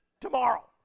tomorrow